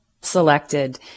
selected